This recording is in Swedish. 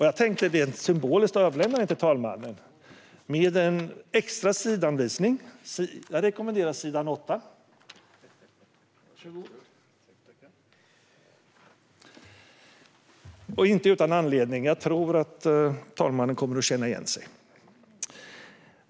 Jag tänkte rent symboliskt överlämna den till talmannen, med en extra sidhänvisning. Jag rekommenderar sidan 8. Inte utan anledning - jag tror att talmannen kommer att känna igen sig.